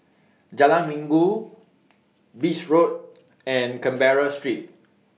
Jalan Minggu Beach Road and Canberra Street